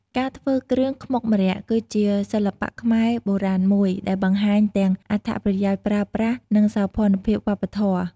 ការធ្វើគ្រឿងខ្មុកម្រ័ក្សណ៍ គឺជាសិល្បៈខ្មែរបុរាណមួយ ដែលបង្ហាញទាំងអត្ថប្រយោជន៍ប្រើប្រាស់ និងសោភ័ណភាពវប្បធម៌។